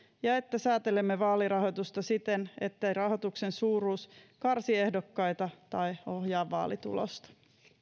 ja että säätelemme vaalirahoitusta siten ettei rahoituksen suuruus karsi ehdokkaita tai ohjaa vaalitulosta